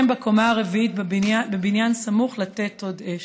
בקומה הרביעית בבניין סמוך לתת עוד אש.